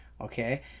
okay